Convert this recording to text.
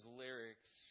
lyrics